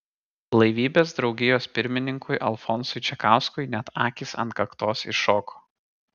blaivybės draugijos pirmininkui alfonsui čekauskui net akys ant kaktos iššoko